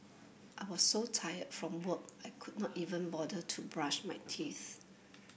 I was so tired from work I could not even bother to brush my teeth